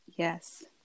Yes